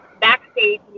backstage